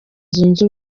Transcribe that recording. zunze